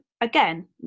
again